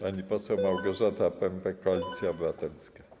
Pani poseł Małgorzata Pępek, Koalicja Obywatelska.